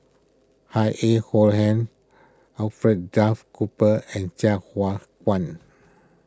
Cohen Alfred Duff Cooper and Sai Hua Kuan